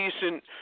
decent